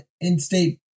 in-state